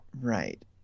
Right